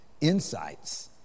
insights